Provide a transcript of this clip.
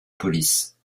police